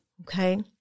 Okay